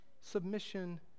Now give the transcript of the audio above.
submission